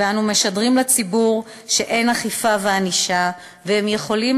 ואנו משדרים לציבור שאין אכיפה וענישה והם יכולים